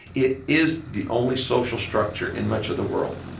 it is the only social structure in much of the world.